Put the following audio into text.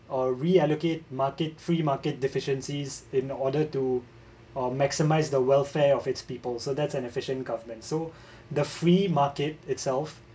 uh reallocate market free market deficiencies in order to maximise the welfare of its people so that's an efficient government so the free market itself